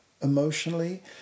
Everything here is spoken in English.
emotionally